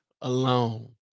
alone